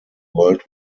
world